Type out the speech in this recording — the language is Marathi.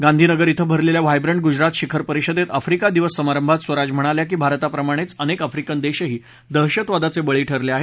गांधी नगर इथं भरलेल्या व्हायब्रंट गुजरात शिखर परिषदेत आफ्रीका दिवस समारंभात स्वराज म्हणाल्या की भारताप्रमाणेच अनेक आफ्रीकन देशही दहशतवादाचे बळी ठरले आहेत